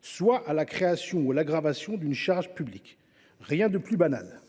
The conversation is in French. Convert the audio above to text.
soit à la création ou l’aggravation d’une charge publique. Rien de plus banal.